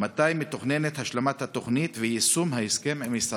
2. מתי מתוכננת השלמת התוכנית ויישום ההסכם עם ההסתדרות?